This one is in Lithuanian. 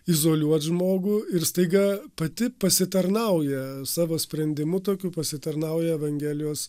izoliuot žmogų ir staiga pati pasitarnauja savo sprendimu tokiu pasitarnauja evangelijos